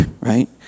right